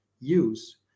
use